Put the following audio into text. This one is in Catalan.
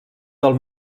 del